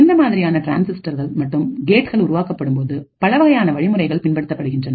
இந்த மாதிரியான டிரான்சிஸ்டர்கள் மற்றும் கேட்கள் உருவாக்கப்படும்போது பலவகையான வழிமுறைகள் பின்பற்றப்படுகின்றன